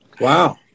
Wow